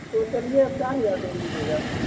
तो चलिए चार हज़ार दे दीजिएगा